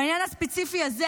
בעניין הספציפי הזה,